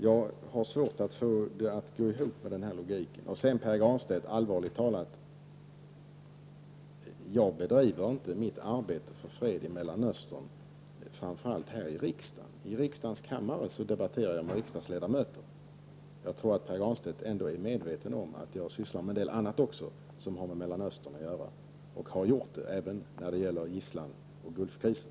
Jag har således svårt att se någon logik i Pär Granstedts resonemang. Pär Granstedt vet också att mitt arbete för fred i Mellanöstern inte främst utförs här i riksdagen. I riksdagens kammare diskuterar jag med riksdagsledamöter. Pär Granstedt är säkert medveten om att jag sysslar och har sysslat med en del annat som har med Mellanöstern att göra, och det har också gällt gisslan och Gulfkrisen.